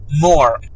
More